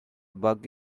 bug